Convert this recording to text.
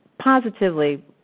positively